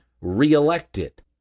reelected